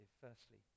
firstly